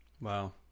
wow